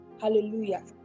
hallelujah